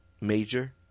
major